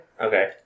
Okay